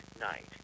night